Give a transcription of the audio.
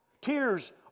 Tears